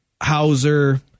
Hauser